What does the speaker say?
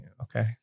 Okay